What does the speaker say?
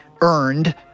earned